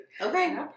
Okay